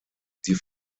die